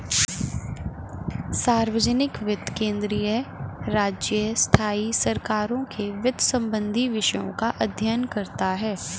सार्वजनिक वित्त केंद्रीय, राज्य, स्थाई सरकारों के वित्त संबंधी विषयों का अध्ययन करता हैं